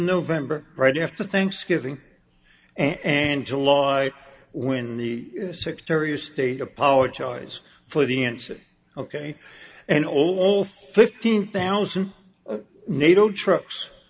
november right after thanksgiving and july when the secretary of state apologize for the incident ok and all fifteen thousand nato trucks